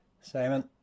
Simon